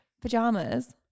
pajamas